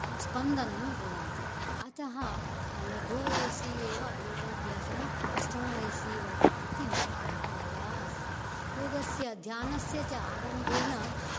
स्पन्दनं ददाति अतः लघुवयसि एव योगाभ्यासम् अष्टमवयसि वरम् इति मम अभिप्राय अस्ति योगस्य ध्यानस्य च आरम्भेन